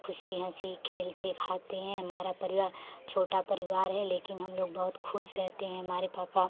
खुशी हंसी खेलते खाते हैं हमारा परिवार छोटा परिवार है लेकिन हम लोग बहुत खुश रहते हैं हमारे पापा